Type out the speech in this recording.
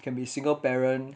can be single parent